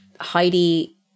Heidi